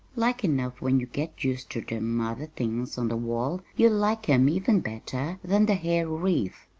like enough when you get used ter them other things on the wall you'll like em even better than the hair wreath.